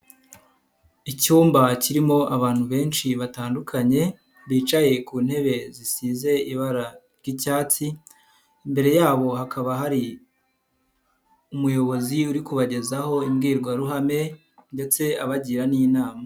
Icyumba kirimo abantu benshi batandukanye bicaye ku ntebe zisize ibara ry'icyatsi, imbere yabo hakaba hari umuyobozi uri kubagezaho imbwirwaruhame ndetse abagira n'inama.